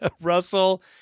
Russell